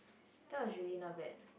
that was really not bad